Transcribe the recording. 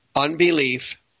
unbelief